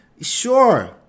sure